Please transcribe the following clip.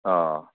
हा